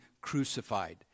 crucified